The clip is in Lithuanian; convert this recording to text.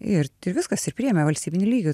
ir viskas ir priėmė valstybiniu lygiu